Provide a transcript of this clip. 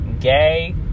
gay